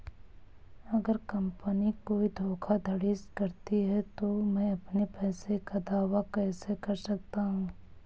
अगर कंपनी कोई धोखाधड़ी करती है तो मैं अपने पैसे का दावा कैसे कर सकता हूं?